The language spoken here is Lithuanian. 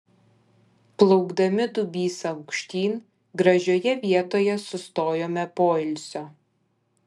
plaukdami dubysa aukštyn gražioje vietoje sustojome poilsio